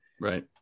Right